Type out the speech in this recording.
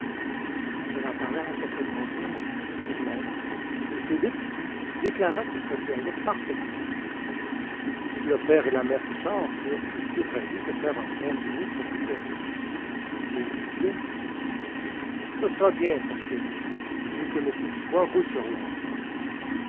elle en parla à son prétendu en effet le jour même et philippe déclara que ça lui allait parfaitement le père et la mère touchard furent aussi ravis de faire un bon dîner qui ne coûterait rien et ils disaient ça sera bien pour sûr vu que monsieur dubois roule sur l'or